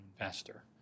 investor